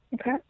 Okay